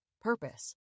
Purpose